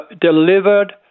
delivered